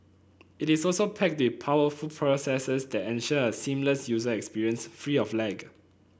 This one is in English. it is also packed they powerful processors that ensure a seamless user experience free of lag